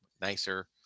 nicer